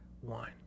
one